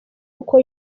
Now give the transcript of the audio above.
uko